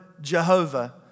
Jehovah